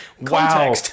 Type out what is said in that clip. wow